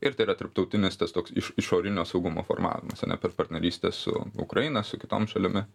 ir tai yra tarptautinis tas toks iš išorinio saugumo formavimas ane per partnerystę su ukraina su kitom šalimi